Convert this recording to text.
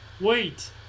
wait